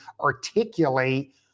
articulate